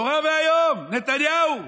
נורא והיום, נתניהו.